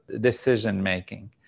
decision-making